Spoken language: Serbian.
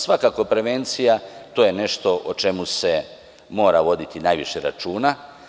Svakako je prevencija nešto o čemu se mora voditi najviše računa.